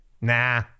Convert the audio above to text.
nah